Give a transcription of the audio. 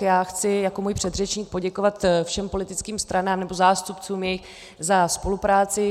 Já chci jako můj předřečník poděkovat všem politickým stranám nebo jejich zástupcům za spolupráci.